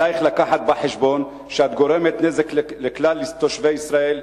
עלייך לקחת בחשבון שאת גורמת נזק לכלל תושבי ישראל,